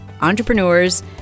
entrepreneurs